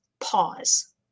pause